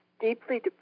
deeply